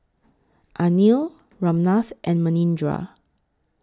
Anil Ramnath and Manindra